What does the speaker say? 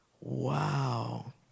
wow